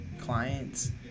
clients